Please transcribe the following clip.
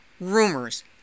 rumors